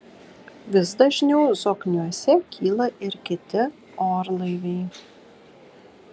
vis dažniau zokniuose kyla ir kiti orlaiviai